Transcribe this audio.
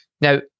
Now